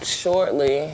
shortly